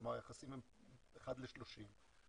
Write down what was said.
כלומר היחסים הם אחד ל-30.